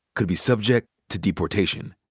could be subject to deportation.